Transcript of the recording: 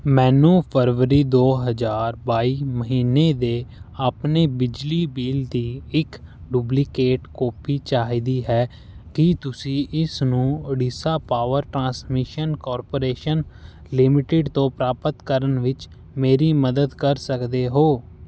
ਮੈਨੂੰ ਫਰਵਰੀ ਦੋ ਹਜ਼ਾਰ ਬਾਈ ਮਹੀਨੇ ਦੇ ਆਪਣੇ ਬਿਜਲੀ ਬਿੱਲ ਦੀ ਇੱਕ ਡੁਪਲੀਕੇਟ ਕਾਪੀ ਚਾਹੀਦੀ ਹੈ ਕੀ ਤੁਸੀਂ ਇਸ ਨੂੰ Odisha power transmission corporation limited ਤੋਂ ਪ੍ਰਾਪਤ ਕਰਨ ਵਿੱਚ ਮੇਰੀ ਮਦਦ ਕਰ ਸਕਦੇ ਹੋ